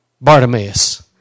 Bartimaeus